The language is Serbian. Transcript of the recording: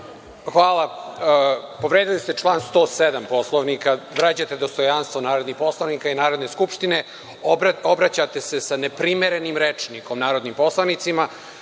Hvala. Povredili ste član 107. Poslovnika vređate dostojanstvo narodnih poslanika i Narodne skupštine, obraćate se sa neprimerenim rečnikom narodnim poslanicima.